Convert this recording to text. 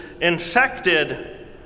infected